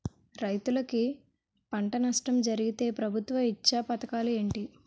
రైతులుకి పంట నష్టం జరిగితే ప్రభుత్వం ఇచ్చా పథకాలు ఏంటి?